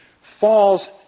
falls